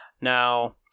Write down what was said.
Now